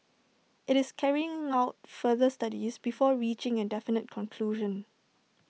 IT is carrying out further studies before reaching A definite conclusion